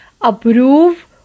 approve